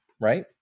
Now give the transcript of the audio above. right